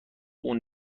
اون